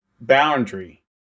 boundary